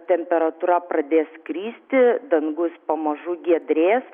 temperatūra pradės kristi dangus pamažu giedrės